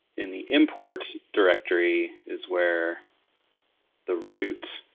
in the import directory is where the root